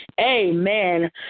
Amen